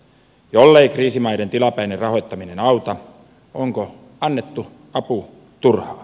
jollei kriisimaiden tilapäinen rahoittaminen auta onko annettu apu turhaa